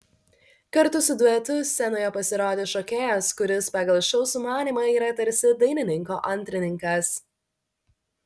kartu su duetu scenoje pasirodė šokėjas kuris pagal šou sumanymą yra tarsi dainininko antrininkas